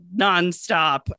nonstop